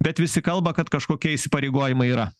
bet visi kalba kad kažkokie įsipareigojimai yra